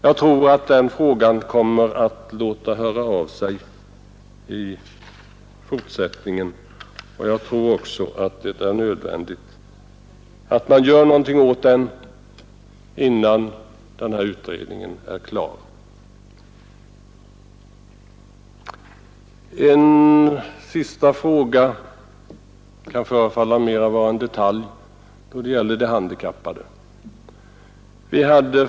Jag tror att den frågan kommer att låta höra av sig i fortsättningen. Jag tror också att det är nödvändigt att man gör något åt den innan utredningen är klar. Till sist en fråga som kan förefalla vara mera en detalj då det gäller de handikappade.